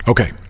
Okay